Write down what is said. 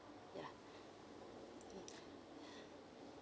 ya mm